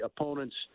opponents